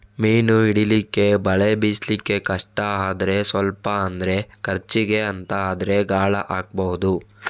ಮೀನು ಹಿಡೀಲಿಕ್ಕೆ ಬಲೆ ಬೀಸ್ಲಿಕ್ಕೆ ಕಷ್ಟ ಆದ್ರೆ ಸ್ವಲ್ಪ ಅಂದ್ರೆ ಖರ್ಚಿಗೆ ಅಂತ ಆದ್ರೆ ಗಾಳ ಹಾಕ್ಬಹುದು